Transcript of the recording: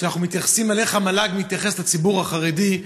ואנחנו מתייחסים אל איך המל"ג מתייחס לציבור החרדי.